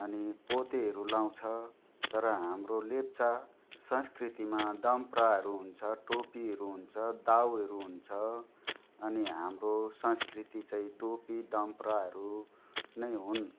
अनि पोतेहरू लगाउँछ तर हाम्रो लेप्चा संस्कृतिमा दाम्प्राहरू हुन्छ टोपीहरू हुन्छ दावहरू हुन्छ अनि हाम्रो संस्कृति चाहिँ टोपी दाम्प्राहरू नै हुन्